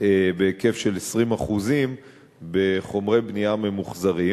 בהיקף של 20% בחומרי בנייה ממוחזרים.